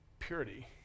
Purity